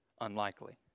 unlikely